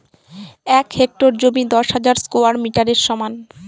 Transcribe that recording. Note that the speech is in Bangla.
এক হেক্টর জমি দশ হাজার স্কোয়ার মিটারের সমান